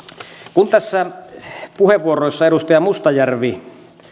kun näissä puheenvuoroissa edustaja mustajärvi